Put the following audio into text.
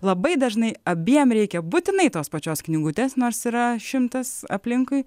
labai dažnai abiem reikia būtinai tos pačios knygutės nors yra šimtas aplinkui